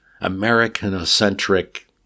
American-centric